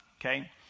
Okay